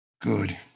good